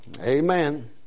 Amen